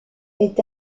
est